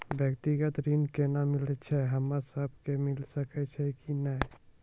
व्यक्तिगत ऋण केना मिलै छै, हम्मे सब कऽ मिल सकै छै कि नै?